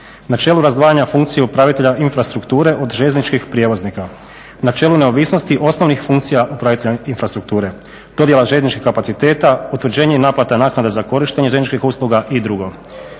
načelu razdvajanja funkcije upravitelja infrastrukture od željezničkih prijevoznika, načelo neovisnosti osnovnih funkcija upravitelja infrastrukture, dodjela željezničkih kapaciteta, utvrđenje i naplata naknada za korištenje željezničkih usluga i drugo,